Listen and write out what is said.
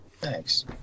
Thanks